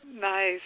Nice